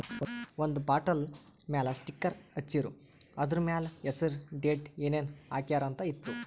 ಒಂದ್ ಬಾಟಲ್ ಮ್ಯಾಲ ಸ್ಟಿಕ್ಕರ್ ಹಚ್ಚಿರು, ಅದುರ್ ಮ್ಯಾಲ ಹೆಸರ್, ಡೇಟ್, ಏನೇನ್ ಹಾಕ್ಯಾರ ಅಂತ್ ಇತ್ತು